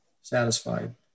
satisfied